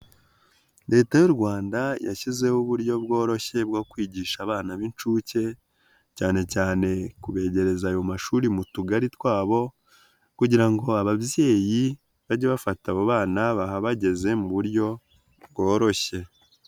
Leta y'u Rwanda yashyizeho uburyo bworoshye bwo kwigisha abana b'inshuke, cyane cyane kubegereza ayo mashuri mu tugari twabo kugira ngo ababyeyi bajye bafata abo bana bahabageze mu buryo bworoshye.